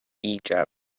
egypt